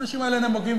האנשים האלה נמוגים,